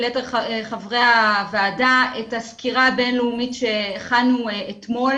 וליתר חברי הוועדה את הסקירה הבינלאומית שהכנו אתמול